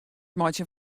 meitsjen